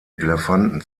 elefanten